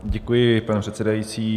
Děkuji, pane předsedající.